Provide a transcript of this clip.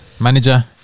Manager